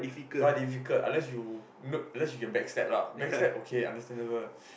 not difficult unless you you can back stab lah back stab understandable